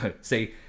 say